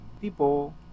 people